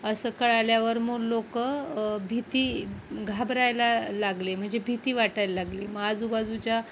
असं कळल्यावर मग लोक भिती घाबरायला लागले म्हणजे भिती वाटायला लागली मग आजूबाजूच्या